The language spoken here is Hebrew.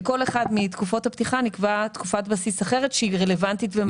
לכל אחד מתקופות הפתיחה נקבעה תקופת בסיס אחרת שהיא רלוונטית.